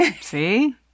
see